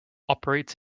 operates